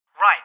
Right